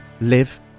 live